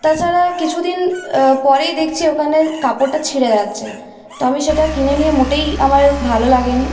তাছাড়া কিছুদিন পরেই দেখছি ওখানে কাপড়টা ছিঁড়ে যাচ্ছে তো আমি সেটা কিনে নিয়ে মোটেই আমার ভালো লাগেনি